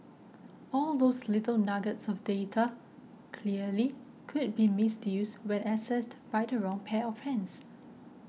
all those little nuggets of data clearly could be misused when accessed by the wrong pair of hands